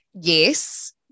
Yes